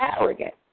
arrogant